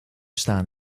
staan